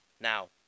Now